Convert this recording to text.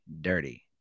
dirty